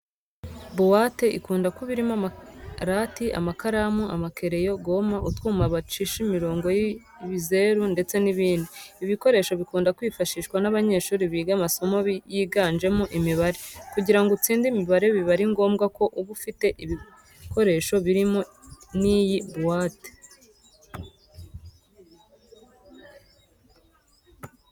Buwate ikunda kuba irimo amarati, amakaramu, amakereyo, gome, utwuma bacisha imirongo y'ibizeru ndetse n'ibindi. Ibi bikoresho bikunda kwifashishwa n'abanyeshuri biga amasomo yiganjemo imibare. Kugira ngo utsinde imibare biba ari ngombwa ko uba ufite ibikoresho birimo n'iyi buwate.